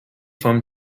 from